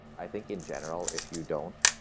i think, in general, if you don't,